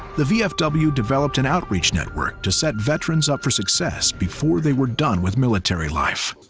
the vfw developed an outreach network to set veterans up for success before they were done with military life.